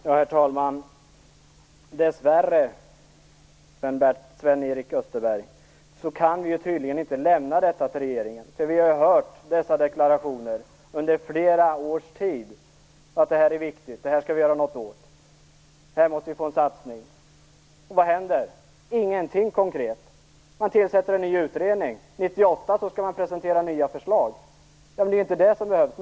Herr talman! Dessvärre, Sven-Erik Österberg, kan vi inte lämna detta till regeringen. Vi har ju hört deklarationer under flera års tid om att det här är viktigt, att vi skall göra något åt det och att vi måste få en satsning här. Men vad händer? Ingenting konkret! Man tillsätter en ny utredning. År 1998 skall man presentera nya förslag. Men det är ju inte det som behövs!